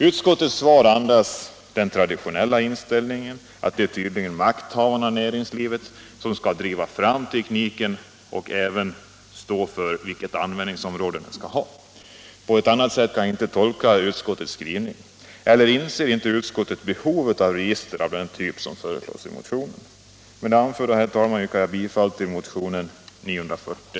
Utskottets skrivning andas den traditionella inställningen att det är makthavarna i näringslivet som skall driva fram tekniken och även stå för vilka användningsområden den skall ha. På annat sätt kan jag inte tolka utskottet. Eller inser utskottet inte behovet av register av den typ som vi föreslår i motionen? Herr talman! Med det anförda yrkar jag bifall till motionen 940.